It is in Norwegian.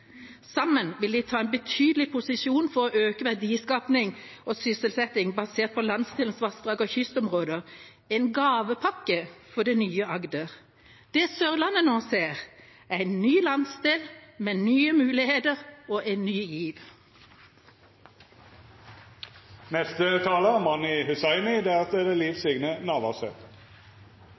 Sammen vil de ta en tydelig posisjon for økt verdiskaping og sysselsetting basert på landsdelens vassdrag og kystområder. – En gavepakke for å bygge det nye Agder.» Det Sørlandet nå ser, er en ny landsdel, med nye muligheter og en ny